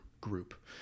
group